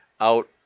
out